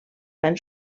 van